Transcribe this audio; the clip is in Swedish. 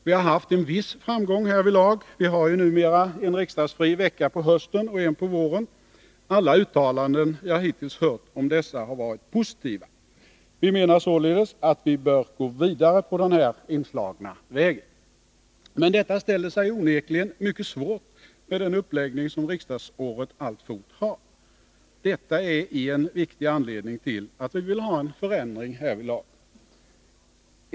Vi har haft en viss framgång härvidlag. Numera är det en riksdagsfri vecka på hösten och en på våren. Alla uttalanden jag hittills hört om dessa har varit positiva. Vi menar således att det finns anledning att gå vidare på den inslagna vägen. Men detta ställer sig onekligen mycket svårt med den uppläggning som riksdagsåret alltfort har. Det är en viktig anledning till att vi vill få till stånd en förändring på denna punkt.